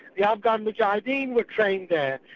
the afghan mujahadeen was trained there,